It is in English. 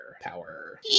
power